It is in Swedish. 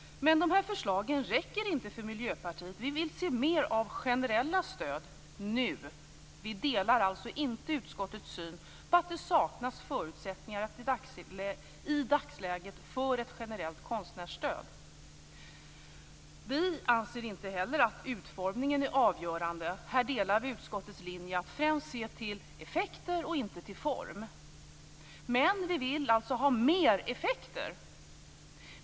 Men de här förslagen räcker inte för Miljöpartiet. Vi vill se mer av generella stöd, nu. Vi delar alltså inte utskottets syn att det i dagsläget saknas förutsättningar för ett generellt konstnärsstöd. Vi anser inte heller att stödets utformning är avgörande. Här följer vi utskottets linje att främst se till effekter och inte till form. Men vi vill alltså ha mer av effekter.